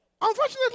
Unfortunately